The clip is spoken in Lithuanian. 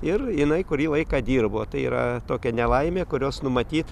ir jinai kurį laiką dirbo tai yra tokia nelaimė kurios numatyt